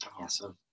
Awesome